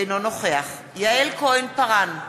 אינו נוכח יעל כהן-פארן,